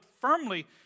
firmly